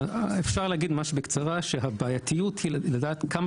אפשר להגיד ממש בקצרה שהבעייתיות היא שכדי לדעת כמה